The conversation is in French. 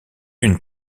une